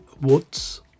woods